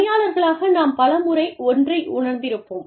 பணியாளர்களாக நாம் பல முறை ஒன்றை உணர்ந்திருப்போம்